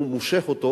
והוא מושך אותו,